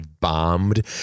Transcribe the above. bombed